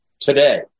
today